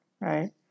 right